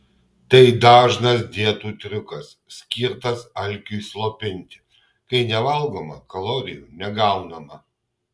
tai dažnas dietų triukas skirtas alkiui slopinti kai nevalgoma kalorijų negaunama